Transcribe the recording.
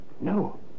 No